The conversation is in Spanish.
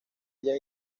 ella